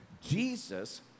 jesus